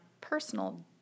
personal